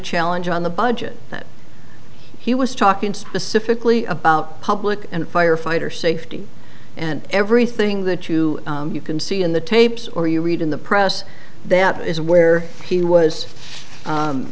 challenge on the budget that he was talking specifically about public and firefighter safety and everything that you you can see in the tapes or you read in the press that is where he was